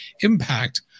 impact